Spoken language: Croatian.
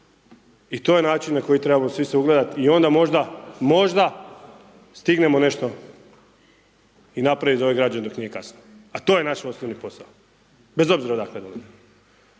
i to je način na koji trebamo svi se ugledati i onda možda, možda, stignemo nešto i napraviti za ove građane dok nije kasno. A to je naš osnovni posao. Bez obzira odakle dolazimo.